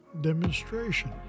demonstration